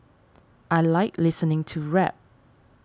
I like listening to rap